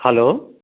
hello